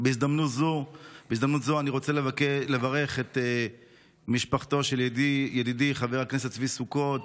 בהזדמנות זו אני רוצה לברך את משפחתו של ידידי חבר הכנסת צבי סוכות,